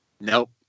Nope